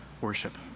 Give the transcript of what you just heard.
worship